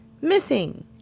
missing